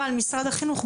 אבל משרד החינוך,